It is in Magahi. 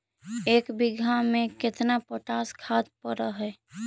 एक बिघा में केतना पोटास खाद पड़ है?